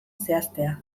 zehaztea